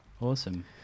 Awesome